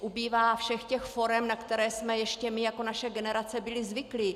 Ubývá všech těch forem, na které jsme ještě my jako naše generace byli zvyklí.